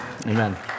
Amen